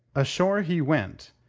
ashore he went,